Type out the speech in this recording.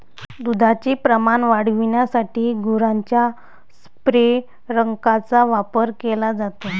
दुधाचे प्रमाण वाढविण्यासाठी गुरांच्या संप्रेरकांचा वापर केला जातो